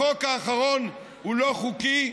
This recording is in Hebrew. החוק האחרון הוא לא חוקי,